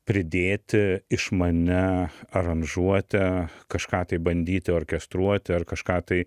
pridėti išmania aranžuote kažką tai bandyti orkestruoti ar kažką tai